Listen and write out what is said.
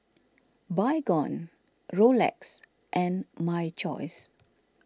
Baygon Rolex and My Choice